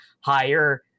higher